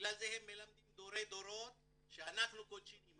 בגלל זה הם מלמדים דורי דורות שאנחנו קוצ'ינים,